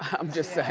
i'm just sayin'.